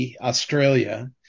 Australia